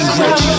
rich